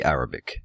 Arabic